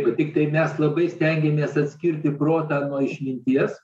tiktai mes labai stengiamės atskirti protą nuo išminties